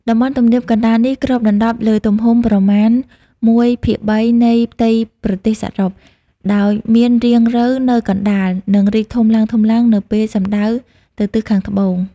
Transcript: តំបន់ទំនាបកណ្ដាលនេះគ្របដណ្ដប់លើទំហំប្រមាណ ១/៣ នៃផ្ទៃប្រទេសសរុប ដោយមានរាងរៅវនៅកណ្ដាល និងរីកធំឡើងៗនៅពេលសំដៅទៅទិសខាងត្បូង។